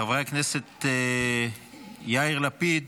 חבר הכנסת יאיר לפיד